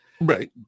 right